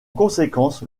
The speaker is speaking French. conséquence